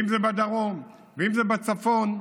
אם זה בדרום ואם זה בצפון.